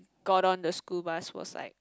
got on the school bus was like